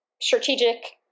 strategic